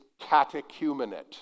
catechumenate